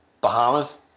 Bahamas